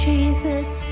Jesus